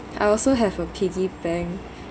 I also have a piggy bank